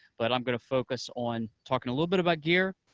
but i'm going to focus on talking a little bit about gear,